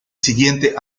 siguiente